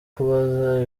kubaza